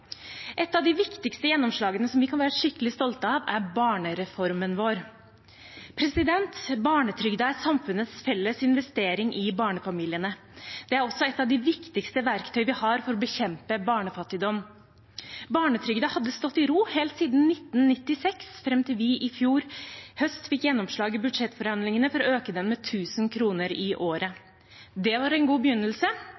Et av de viktigste gjennomslagene, som vi kan være skikkelig stolt av, er barnereformen vår. Barnetrygden er samfunnets felles investering i barnefamiliene. Det er også et av de viktigste verktøyene vi har for å bekjempe barnefattigdom. Barnetrygden hadde stått i ro helt siden 1996, fram til vi i fjor høst fikk gjennomslag i budsjettforhandlingene for å øke den med 1 000 kr i